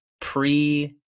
pre